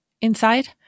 inside